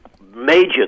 major